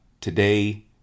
today